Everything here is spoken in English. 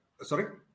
Sorry